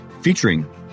featuring